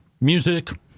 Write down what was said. music